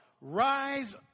Rise